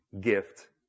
gift